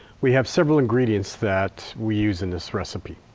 we have several ingredients that we use in this recipe.